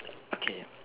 okay